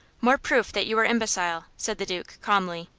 more proof that you are imbecile, said the duke, calmly.